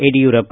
Yediyurappa